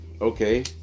okay